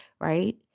right